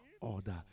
order